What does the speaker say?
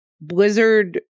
blizzard